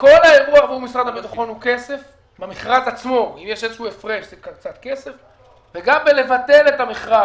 כל האירוע עבור משרד הביטחון הוא כסף במכרז עצמו וגם בביטול המכרז,